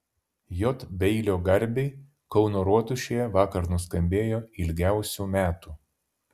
j beilio garbei kauno rotušėje vakar nuskambėjo ilgiausių metų